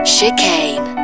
Chicane